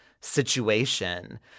situation